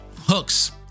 hooks